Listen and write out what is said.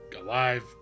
alive